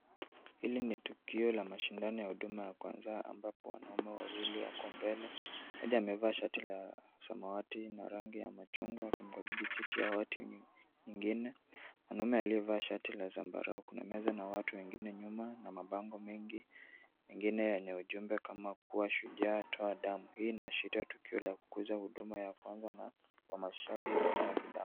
Hili ni tukio la mashindano ya huduma ya kwanza ambapo wanaume wawili wako mbele, mmoja amevaa shati la samawati na rangi ya machungwa akimkabidhi cheti ya white nyingine mwanaume aliyevaa shati la zambarau. Kuna meza na watu wengine nyuma na mabango mengine yenye ujumbe kama kuwa shujaa, toa damu. Hii inaashiria tukio la kukuza huduma ya kwanza na uhamasishaji wa utoaji damu.